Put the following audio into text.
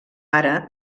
ara